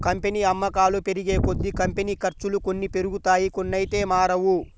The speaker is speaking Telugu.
కంపెనీ అమ్మకాలు పెరిగేకొద్దీ, కంపెనీ ఖర్చులు కొన్ని పెరుగుతాయి కొన్నైతే మారవు